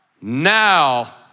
Now